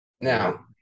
Now